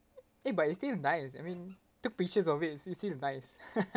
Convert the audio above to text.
eh but it still nice I mean took pictures of it it still nice